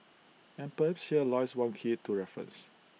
and perhaps here lies one key to reference